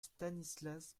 stanislas